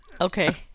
Okay